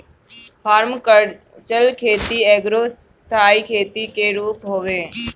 permaculture खेती एगो स्थाई खेती के रूप हवे